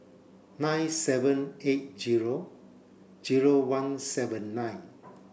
nine seven eight zero zero one seven nine